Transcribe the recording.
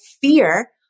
fear